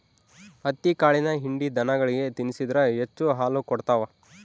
ಹತ್ತಿಕಾಳಿನ ಹಿಂಡಿ ದನಗಳಿಗೆ ತಿನ್ನಿಸಿದ್ರ ಹೆಚ್ಚು ಹಾಲು ಕೊಡ್ತಾವ